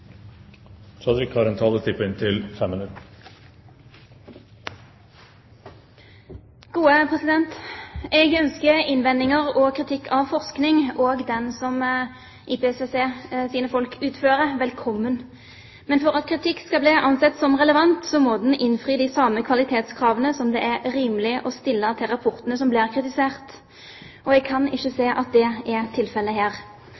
Jeg ønsker innvendinger og kritikk av forskning, også den IPCCs folk utfører, velkommen. Men for at kritikk skal bli ansett som relevant, må den innfri de samme kvalitetskravene som det er rimelig å stille til rapportene som blir kritisert. Jeg kan ikke se at det er tilfellet her.